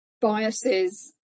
biases